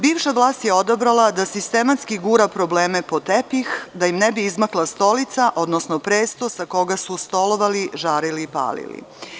Bivša vlast je odabrala da sistematski gura probleme pod tepih, da im ne bi izmakla stolica, odnosno presto sa koga su stolovali, žarili i palili.